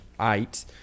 eight